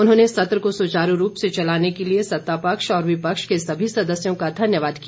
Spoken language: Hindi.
उन्होंने सत्र को सुचारू रूप से चलाने के लिए सत्तापक्ष व विपक्ष के सभी सदस्यों का धन्यवाद किया